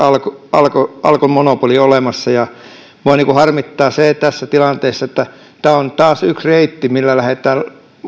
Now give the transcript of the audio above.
on alkon monopoli olemassa minua harmittaa tässä tilanteessa se että tämä on taas yksi reitti millä lähdetään